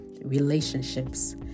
relationships